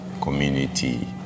community